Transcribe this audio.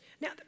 Now